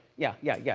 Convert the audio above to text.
yeah yeah, yeah,